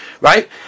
right